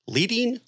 Leading